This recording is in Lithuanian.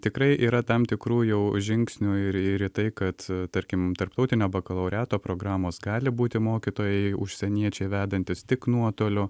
tikrai yra tam tikrų jau žingsnių ir į tai kad tarkim tarptautinio bakalaureato programos gali būti mokytojai užsieniečiai vedantys tik nuotoliu